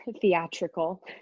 Theatrical